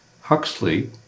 Huxley